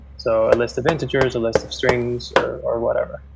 so a list of integers, a list of strings or whatever,